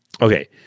okay